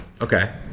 Okay